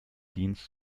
dienst